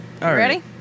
Ready